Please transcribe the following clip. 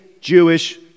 Jewish